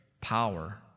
power